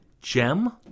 Gem